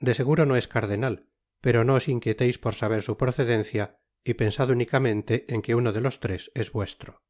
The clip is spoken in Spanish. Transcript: de seguro no es el cardenal pero no os inquieteis por saber su procedencia y pensad únicamente en que uno de los tres es vuestro